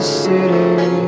city